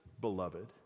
beloved